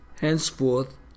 Henceforth